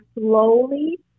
slowly